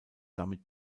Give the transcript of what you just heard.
damit